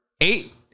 eight